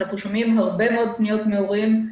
אנחנו שומעים הרבה מאוד פניות מהורים.